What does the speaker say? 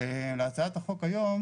להצעת החוק היום